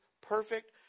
perfect